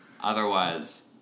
Otherwise